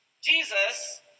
Jesus